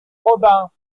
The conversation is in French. robin